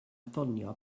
ffonio